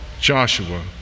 Joshua